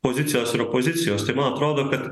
pozicijos ir opozicijos tai man atrodo kad